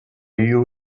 you